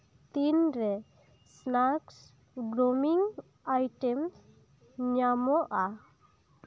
ᱛᱤᱱᱨᱮ snacks grooming item ᱧᱟᱢᱚᱜᱼᱟ